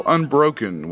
Unbroken